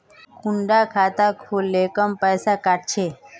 कुंडा खाता खोल ले कम पैसा काट छे?